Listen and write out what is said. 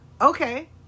Okay